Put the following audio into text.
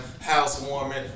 housewarming